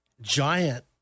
giant